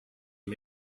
and